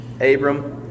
Abram